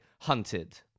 Hunted